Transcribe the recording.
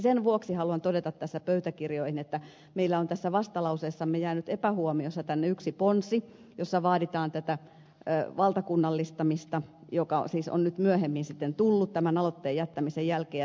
sen vuoksi haluan todeta pöytäkirjoihin että meillä on vastalauseeseemme jäänyt epähuomiossa yksi ponsi jossa vaaditaan valtakunnallistamista joka siis on nyt myöhemmin tullut tämän aloitteen jättämisen jälkeen